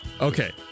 Okay